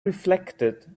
reflected